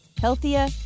Healthier